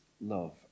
love